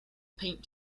paint